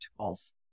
tools